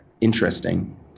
interesting